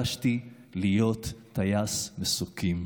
ביקשתי להיות טייס מסוקים,